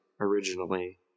originally